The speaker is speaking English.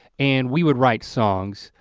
and we would write songs.